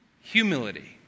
Humility